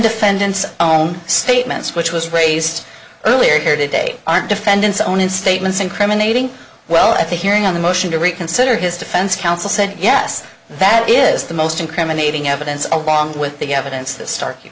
defendant's own statements which was raised earlier today aren't defendant's own and statements incriminating well at the hearing on the motion to reconsider his defense counsel said yes that is the most incriminating evidence a bond with the evidence that stark you